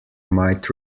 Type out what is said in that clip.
might